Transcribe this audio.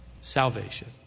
salvation